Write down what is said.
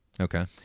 Okay